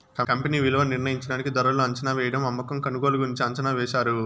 company విలువ నిర్ణయించడానికి ధరలు అంచనావేయడం అమ్మకం కొనుగోలు గురించి అంచనా వేశారు